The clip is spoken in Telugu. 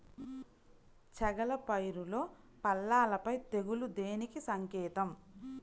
చేగల పైరులో పల్లాపై తెగులు దేనికి సంకేతం?